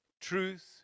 truth